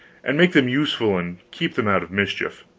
and make them useful and keep them out of mischief.